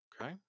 Okay